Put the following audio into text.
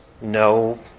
no